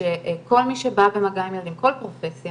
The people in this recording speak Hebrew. שכל מי שבא במגע עם ילדים, כל פרופסיה